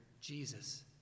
Jesus